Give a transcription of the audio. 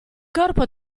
corpo